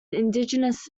indigenous